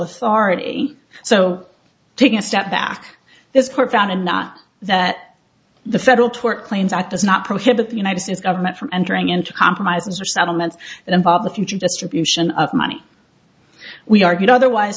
authority so taking a step back this court found in not that the federal tort claims act does not prohibit the united states government from entering into compromises or settlements that involve the future distribution of money we argued otherwise